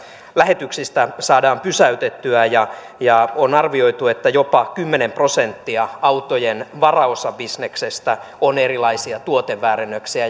lähetyksistä saadaan pysäytettyä ja ja on arvioitu että jopa kymmenen prosenttia autojen varaosabisneksestä on erilaisia tuoteväärennöksiä